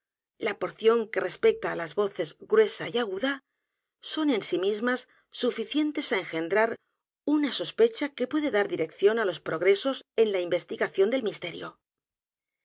la porción que respecta á las voces gruesa y aguda son en sí mismas suficientes á engendrar una sospecha que puede dar dirección á los progresos en la investigación del misterio